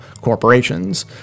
corporations